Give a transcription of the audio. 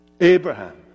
Abraham